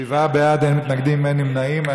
שבעה בעד, אין מתנגדים, אין נמנעים.